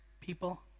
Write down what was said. people